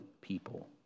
people